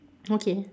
okay